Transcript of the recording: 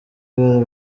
gare